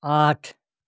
आठ